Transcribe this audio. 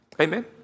Amen